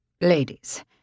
Ladies